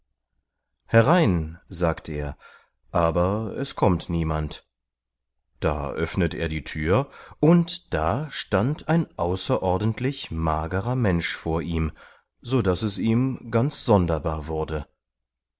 herein sagt er aber es kommt niemand da öffnet er die thür und da stand ein außerordentlich magerer mensch vor ihm sodaß es ihm ganz sonderbar wurde